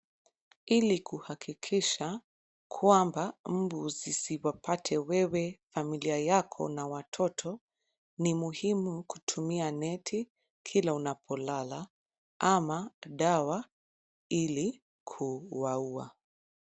Ili kuhakikisha kwamba mbu zisiwapate wewe au familia yako na watoto. Ni muhimu kutumia neti kila unapolala ama dawa ili kuwaua.